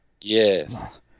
Yes